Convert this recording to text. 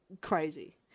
crazy